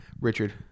Richard